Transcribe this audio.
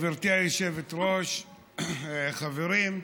גברתי היושבת-ראש, חברים,